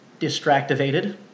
distractivated